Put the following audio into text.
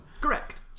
Correct